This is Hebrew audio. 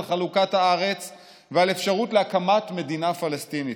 חלוקת הארץ ועל אפשרות להקמת מדינה פלסטינית.